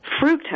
fructose